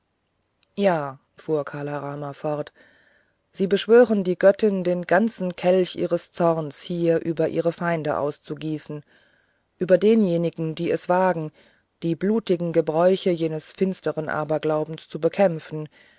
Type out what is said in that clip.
ja fuhr kala rama fort sie beschwören die göttin den ganzen kelch ihres zornes hier über ihre feinde auszugießen über diejenigen die es wagen die blutigen gebräuche eines finsteren aberglaubens zu bekämpfen